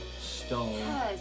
stone